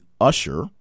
Usher